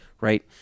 right